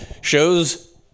shows